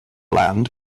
land